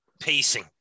pacing